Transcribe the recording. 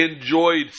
enjoyed